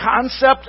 concept